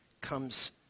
comes